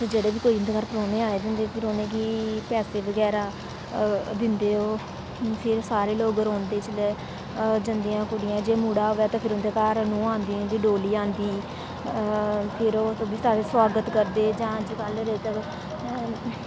जेहडे़ बी कोई इंदे घर परौहने आए दे होंदे फिर उनेंगी पैसे बगैरा दिंदे ओह् फिर सारे लोग रोंदे जिसले जंदियां कुड़ियां जे मुड़ा होवे तां उंदे घर नूंह आंदी जां डोल्ली आंदी फिर ओह बी सारे स्वागत करदे जां अजकल